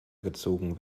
gezogen